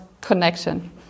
connection